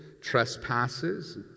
trespasses